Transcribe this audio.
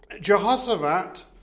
Jehoshaphat